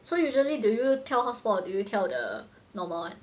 so usually do you 跳 hotspot or do you 跳 the normal one